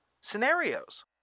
scenarios